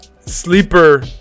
sleeper